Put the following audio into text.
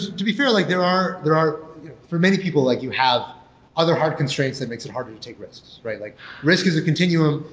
to be fair, like there are there are for many people, like you have other hard constraints that makes it harder to take risks. like risk is a continuum.